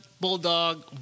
bulldog